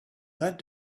that